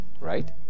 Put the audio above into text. right